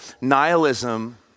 nihilism